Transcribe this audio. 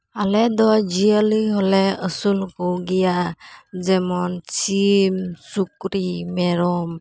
ᱟᱞᱮ ᱫᱚ ᱡᱤᱭᱟᱹᱞᱤ ᱦᱚᱸᱞᱮ ᱟᱹᱥᱩᱞ ᱠᱚᱜᱮᱭᱟ ᱡᱮᱢᱚᱱ ᱥᱤᱢ ᱥᱩᱠᱨᱤ ᱢᱮᱨᱚᱢ